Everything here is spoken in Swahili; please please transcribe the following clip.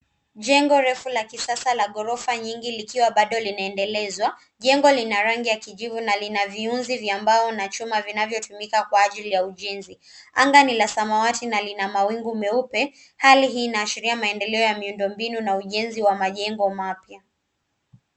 Jengo refu la kisasa likiwa bado linaendelezwa. Jengo lina rangi ya kijivu na lina viunzi vya mbao na chuma vinavyotumika kwa ajili ya ujenzi. Anga ni la samawati na lina mawingu meupe. Hali hii inaashiria maendeleo ya miundombinu na ujenzi wa majengo mapya.